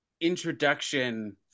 introduction